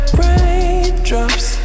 raindrops